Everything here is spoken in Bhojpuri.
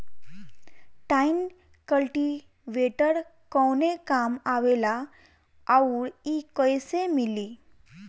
टाइन कल्टीवेटर कवने काम आवेला आउर इ कैसे मिली?